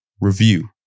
review